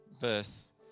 verse